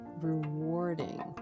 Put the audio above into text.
rewarding